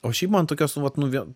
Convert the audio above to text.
o šiaip man tokios nu vat nu vė